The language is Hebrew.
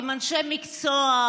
עם אנשי מקצוע,